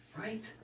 Right